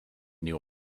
new